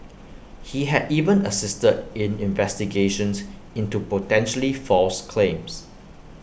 he had even assisted in investigations into potentially false claims